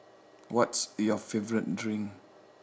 what's your favourite drink